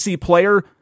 player